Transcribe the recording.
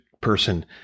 person